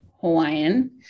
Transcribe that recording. Hawaiian